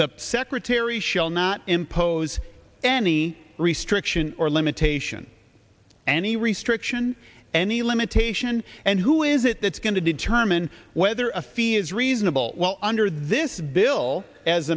the secretary shall not impose any restriction or limitation any restriction any limitation and who is it that's going to determine whether a fee is reasonable under this bill as